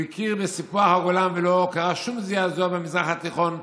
הוא הכיר בסיפוח הגולן ולא קרה שום זעזוע במזרח התיכון,